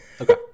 okay